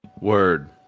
Word